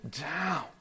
down